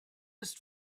ist